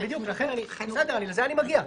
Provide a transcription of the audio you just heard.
לזה אני מגיע.